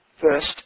First